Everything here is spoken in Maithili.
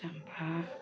चम्पा